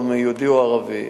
יהודי או ערבי.